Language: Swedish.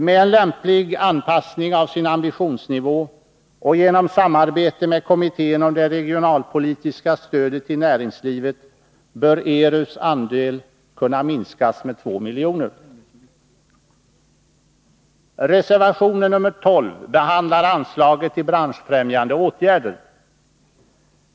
Med en lämplig anpassning av sin ambitionsnivå och genom samarbete med kommittén om det regionalpolitiska stödet till näringslivet bör ERU:s andel kunna minskas med 2 miljoner. Reservation nr 12 behandlar anslaget till branschfrämjande åtgärder.